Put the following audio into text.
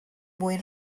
mwyn